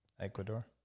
ecuador